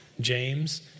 James